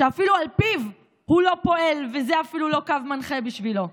שאפילו על פיו הוא לא פועל וזה אפילו לא קו מנחה בשבילו?